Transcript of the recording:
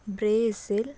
Brazil